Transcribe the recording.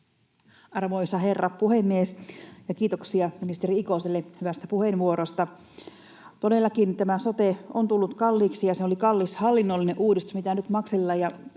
Arvoisa herra puhemies! Kiitoksia ministeri Ikoselle hyvästä puheenvuorosta. Todellakin tämä sote on tullut kalliiksi. Se oli kallis hallinnollinen uudistus, mitä nyt maksellaan